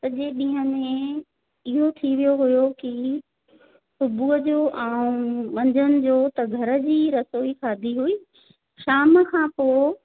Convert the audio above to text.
सॼे ॾींहं में इहो थी वियो हुयो की सुबुह जो ऐं मंझंदि जो घर जी रसोई खाधी हुई शाम खां पोइ